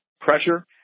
pressure